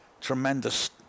Tremendous